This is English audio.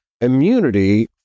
immunity